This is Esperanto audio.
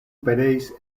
pereis